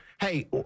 Hey